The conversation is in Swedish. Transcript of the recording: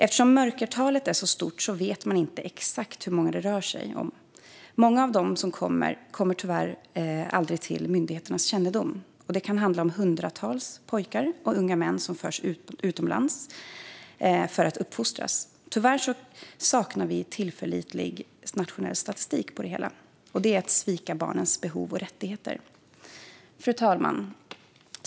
Eftersom mörkertalet är så stort vet man inte exakt hur många det rör sig om. Många kommer tyvärr aldrig till myndigheternas kännedom. Det kan handla om hundratals pojkar och unga män som förs utomlands för att uppfostras. Tyvärr saknar vi tillförlitlig nationell statistik över det hela, och det är att svika barnens behov och rättigheter. Fru talman!